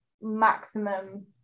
maximum